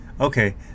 Okay